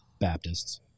Baptists